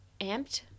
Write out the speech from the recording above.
amped